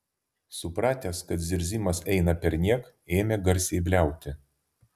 supratęs kad zirzimas eina perniek ėmė garsiai bliauti